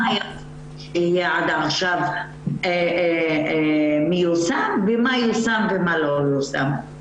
מה --- עכשיו מיושם ומה יושם ומה לא יושם.